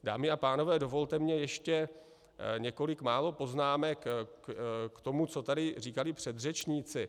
Dámy a pánové, dovolte mně ještě několik málo poznámek k tomu, co tady říkali předřečníci.